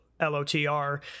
L-O-T-R